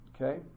okay